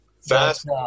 Fast